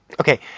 Okay